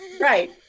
Right